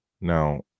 Now